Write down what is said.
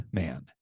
man